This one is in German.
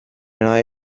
neue